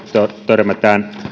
törmätään